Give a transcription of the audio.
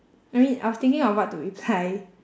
I mean I was thinking of what to reply